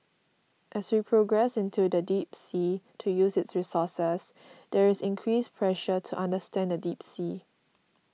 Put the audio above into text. as we progress into the deep sea to use its resources there is increased pressure to understand the deep sea